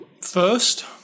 first